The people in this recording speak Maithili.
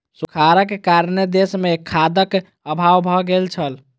सूखाड़क कारणेँ देस मे खाद्यक अभाव भ गेल छल